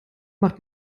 macht